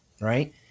right